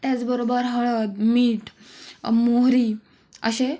त्याचबरोबर हळद मीठ मोहरी असे